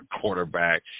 quarterback